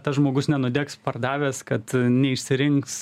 tas žmogus nenudegs pardavęs kad neišsirinks